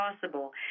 possible